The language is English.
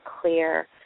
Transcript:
clear